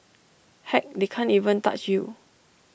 heck they can't even touch you